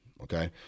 Okay